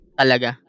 talaga